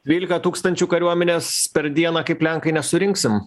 dvylika tūkstančių kariuomenės per dieną kaip lenkai nesurinksim